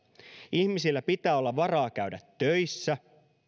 ihmisillä pitää olla varaa käydä töissä